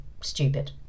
stupid